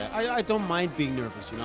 i don't mind being nervous.